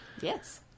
Yes